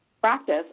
practice